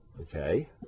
okay